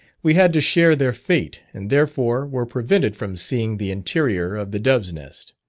we had to share their fate, and therefore were prevented from seeing the interior of the dove's nest.